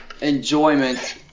enjoyment